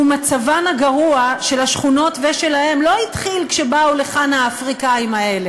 המצב הגרוע של השכונות ושלהם לא התחיל כשבאו לכאן האפריקנים האלה,